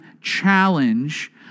challenge